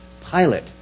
pilot